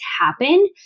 happen